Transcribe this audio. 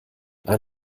ein